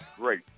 great